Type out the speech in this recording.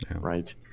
right